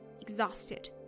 exhausted